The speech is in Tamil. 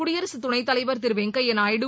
குடியரசு துணைத்தலைவர் திரு வெங்கையாநாயுடு